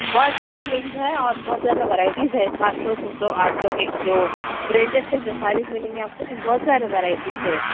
بہت زیادہ پرنٹز ہے اور بہت زیادہ ورائٹیز ہے سات سو چھ سو آٹھ سو کے جو پرنٹیز کے جو ساریز ملیں گی آپ کو اس میں بہت سارے ورائٹیز ہے